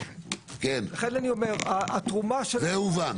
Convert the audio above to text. לכן אני אומר, התרומה --- זה הובן.